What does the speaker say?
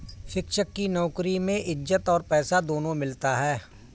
शिक्षक की नौकरी में इज्जत और पैसा दोनों मिलता है